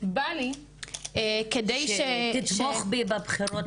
בא לי כדי --- ---שתתמוך בי בבחירות.